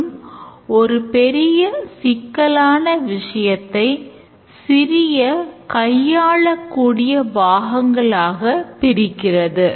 மற்றும் இது பெரிய சிக்கலான விஷயத்தை சிறிய கையாளக்கூடிய பாகங்களாகப் பிரிக்கிறது